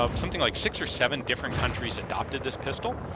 um something like six or seven different countries adopted this pistol.